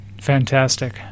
Fantastic